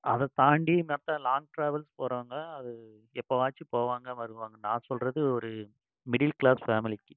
அதை தாண்டி மற்ற லாங் டிராவல்ஸ் போகிறவுங்க அது எப்போவாச்சும் போவாங்க வருவாங்க நான் சொல்வது ஒரு மிடில் கிளாஸ் ஃபேமலிக்கு